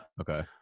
Okay